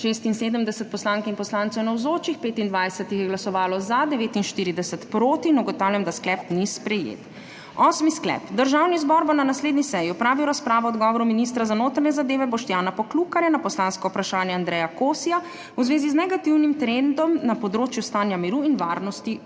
76 poslank in poslancev navzočih, 25 jih je glasovalo za, 49 proti. (Za je glasovalo 25.) (Proti 49.) Ugotavljam, da sklep ni sprejet. Osmi sklep: Državni zbor bo na naslednji seji opravil razpravo o odgovoru ministra za notranje zadeve Boštjana Poklukarja na poslansko vprašanje Andreja Kosija v zvezi z negativnim trendom na področju stanja miru in varnosti v